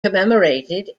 commemorated